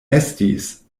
estis